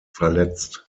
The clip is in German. verletzt